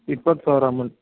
ಇಪ್ಪತ್ತು ಸಾವಿರ ಅಮೌಂಟ್